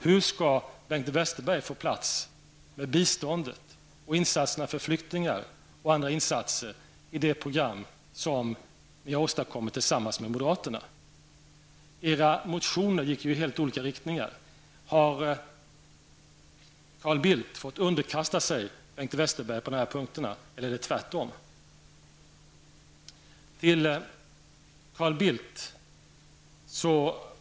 Hur skall Bengt Westerberg få plats med biståndet, insatserna för flyktingar och andra insatser i det program som folkpartiet liberalerna har åstadkommit tillsammans med moderaterna? Era motioner gick ju i helt olika riktningar. Har Carl Bildt fått underkasta sig Bengt Westerberg på dessa punkter, eller är det tvärtom?